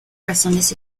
razones